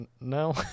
no